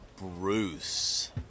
Bruce